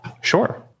Sure